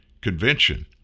convention